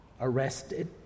arrested